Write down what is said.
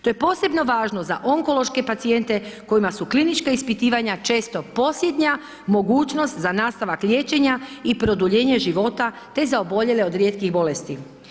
To je posebno važno za onkološke pacijente kojima su klinička ispitivanja često posljednja mogućnost za nastavak liječenja i produljenje života te za oboljele od rijetkih bolesti.